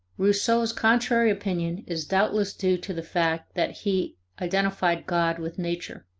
rousseau's contrary opinion is doubtless due to the fact that he identified god with nature